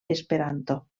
esperanto